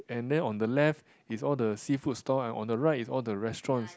and then on the left is all the seafood stall and on the right is all the restaurants